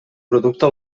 producte